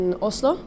Oslo